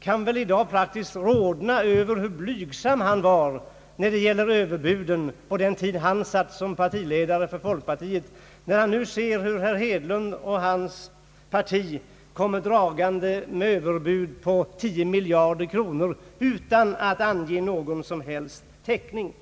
kan väl i dag faktiskt rodna över hur blygsam han var med överbuden på den tid han satt som ledare för folkpartiet, när han nu ser hur herr Hedlund och hans parti kommer dragande med överbud på 10 miljarder kronor utan att ange någon som helst täckning.